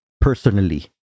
personally